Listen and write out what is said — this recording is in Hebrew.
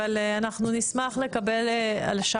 ננעלה.